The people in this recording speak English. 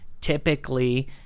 Typically